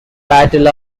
battle